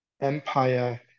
empire